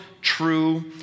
true